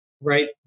right